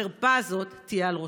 החרפה הזו תהיה על ראשכם.